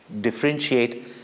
differentiate